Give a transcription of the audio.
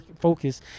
focus